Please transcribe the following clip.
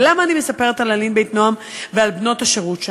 ולמה אני מספרת על "אלין בית נועם" ועל בנות השירות שם?